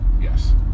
Yes